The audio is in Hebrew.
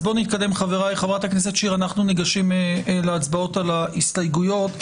אנחנו ניגשים להצבעות על ההסתייגויות.